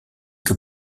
que